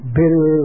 bitter